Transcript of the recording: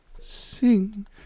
sing